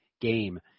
game